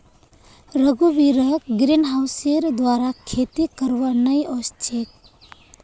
रघुवीरक ग्रीनहाउसेर द्वारा खेती करवा नइ ओस छेक